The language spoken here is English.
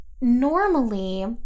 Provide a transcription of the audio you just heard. normally